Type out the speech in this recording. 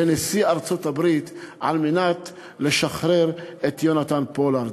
לנשיא ארצות-הברית על מנת לשחרר את יונתן פולארד.